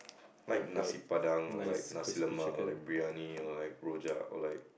like Nasi-Padang or like nasi-lemak or like briyani or like rojak or like